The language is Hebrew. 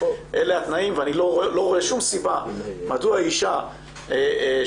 אלה התנאים ואני לא רואה שום סיבה מדוע אישה שיכלה